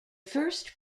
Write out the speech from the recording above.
first